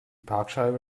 parkscheibe